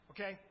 Okay